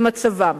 למצבם.